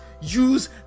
use